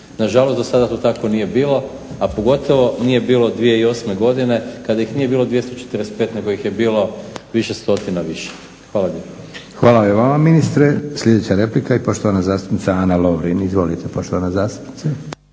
Nažalost, dosada to tako nije bilo, a pogotovo nije bilo 2008. godine kada ih nije bilo 245 nego ih je bilo više stotina više. Hvala lijepa. **Leko, Josip (SDP)** Hvala i vama ministre. Sljedeća replika i poštovana zastupnica Ana Lovrin. Izvolite poštovana zastupnice.